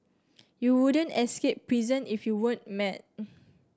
you wouldn't escape prison if you weren't mad